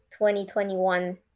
2021